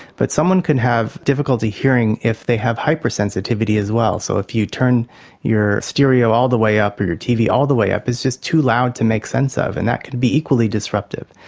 but someone can have difficulty hearing if they have hypersensitivity as well. so if you turn your stereo all the way up or your tv all the way up, it's just too loud to make sense of, and that can be equally disruptive.